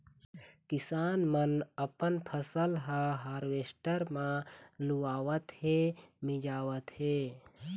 किसान मन अपन फसल ह हावरेस्टर म लुवावत हे, मिंजावत हे